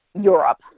Europe